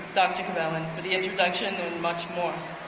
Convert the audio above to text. dr. cabellon, for the introduction and much more.